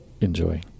enjoy